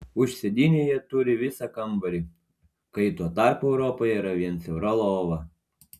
už sėdynių jie turi visą kambarį kai tuo tarpu europoje yra vien siaura lova